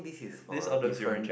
this all those you reject